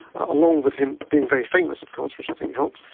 along with him being very famous of course which i think helped,